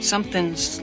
Something's